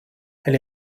elle